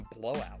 blowout